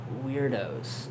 weirdos